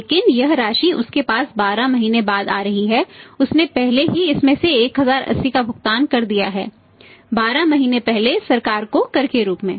लेकिन यह राशि उसके पास 12 महीने बाद आ रही है उसने पहले ही इसमें से 1080 का भुगतान कर दिया है 12 महीने पहले सरकार को कर के रूप में